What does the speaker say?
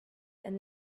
and